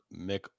Mick